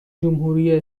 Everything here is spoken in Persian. جمهوری